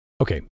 Okay